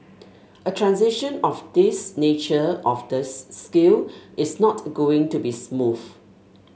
a transition of this nature of this scale is not going to be smooth